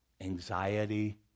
anxiety